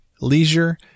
leisure